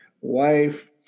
wife